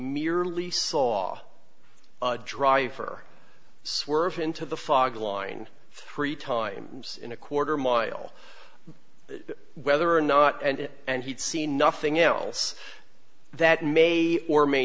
merely saw a driver swerved into the fog line three times in a quarter mile whether or not and and he's seen nothing else that may or may